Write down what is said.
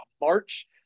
March